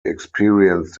experienced